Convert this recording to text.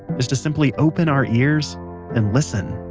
is to simply open our ears and listen